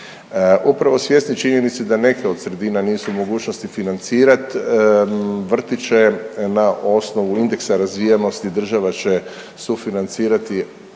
Upravo svjesni činjenice da neke od sredina nisu u mogućnosti financirati vrtiće na osnovu indeksa razvijenosti država će sufinancirati,